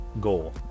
goal